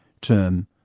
term